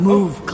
Move